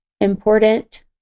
important